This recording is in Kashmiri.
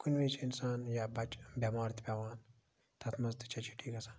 کُنہِ ویٖز چھِ اِنسان یا بَچہٕ بٮ۪مار تہِ پٮ۪وان تَتھ منٛز تہِ چھےٚ چھُٹی گَژھان